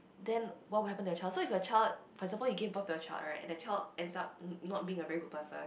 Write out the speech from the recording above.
then what would happen to the child so if your child like suppose you give birth to your child right and the child ends up not being a very good person